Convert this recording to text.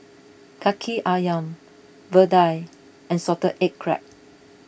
Kaki Ayam Vadai and Salted Egg Crab